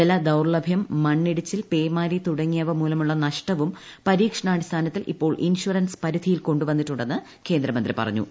ജലദൌർലഭ്യം മണ്ണിടിച്ചിൽ പേമാരി തുടങ്ങിയവ മൂലമുള്ള നഷ്ടവും പരീക്ഷണാടിസ്ഥാനത്തിൽ ഇപ്പോൾ ഇൻഷുറൻസ് പരിധിയിൽ കൊണ്ടുവന്നിട്ടുണ്ടെന്ന് കേന്ദ്രമന്ത്രി പറഞ്ഞു